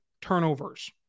turnovers